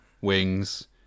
Wings